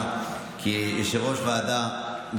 שאני לא אסתור את מה שאני המלצתי כיושב-ראש הוועדה.